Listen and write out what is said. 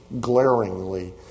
glaringly